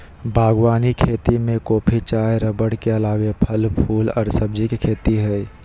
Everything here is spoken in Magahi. बागवानी खेती में कॉफी, चाय रबड़ के अलावे फल, फूल आर सब्जी के खेती हई